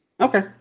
Okay